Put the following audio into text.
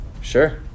Sure